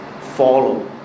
follow